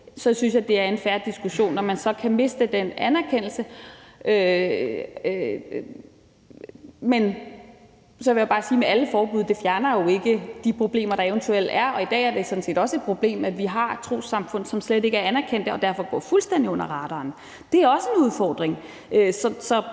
vil jeg bare sige, at som det gælder med alle forbud, fjerner det jo ikke de problemer, der eventuelt er. Og i dag er det sådan set også et problem, at vi har trossamfund, som slet ikke er anerkendte og derfor går fuldstændig under radaren. Det er også en udfordring.